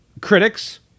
critics